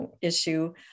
issue